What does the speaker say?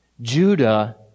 Judah